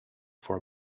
for